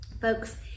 Folks